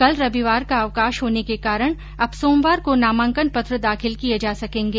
कल रविवार का अवकाश होने के कारण अब सोमवार को नामांकन पत्र दाखिल किये जा सकेंगे